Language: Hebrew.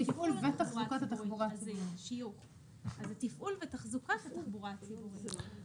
אז זה תפעול ותחזוקת התחבורה הציבורית.